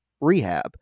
rehab